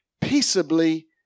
peaceably